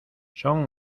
son